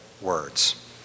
words